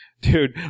dude